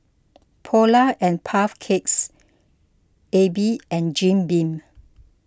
Polar and Puff Cakes Aibi and Jim Beam